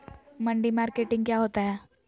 मंडी मार्केटिंग क्या होता है?